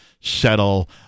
settle